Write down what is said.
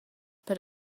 per